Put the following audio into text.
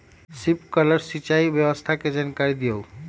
Sprinkler सिंचाई व्यवस्था के जाकारी दिऔ?